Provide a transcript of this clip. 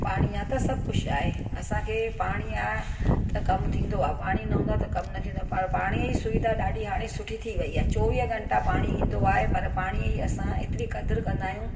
पाणी आहे त सभु कुझु आहे असांखे पाणी आहे त कमु थींदो आहे पाणी न हूंदो आहे त कमु न थींदो आहे पर पाणी जी सुविधा ॾाढी हाणे सुठी थी वई आहे चोवीह घंटा पाणी ईंदो आहे पर पाणीअ जी असां एतिरी क़द्रु कंदा आहियूं